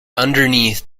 underneath